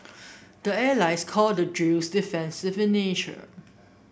the allies call the drills defensive in nature